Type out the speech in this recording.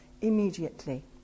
immediately